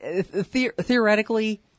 Theoretically